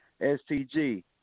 STG